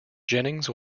jennings